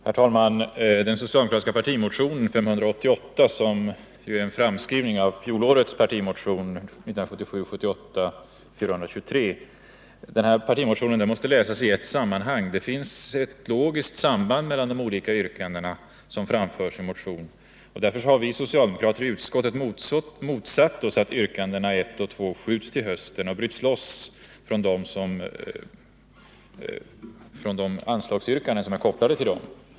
Herr talman! Den socialdemokratiska partimotionen 588, som är en framskrivning av fjolårets partimotion 1977/78:423, måste läsas i ett sammanhang. Det finns ett logiskt samband mellan de olika yrkanden som framförs i motionen. Därför har vi socialdemokrater i utskottet motsatt oss att yrkandena 1 och 2 skjuts till hösten och bryts loss från de anslagsyrkanden som är kopplade till dem.